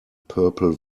purple